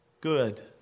good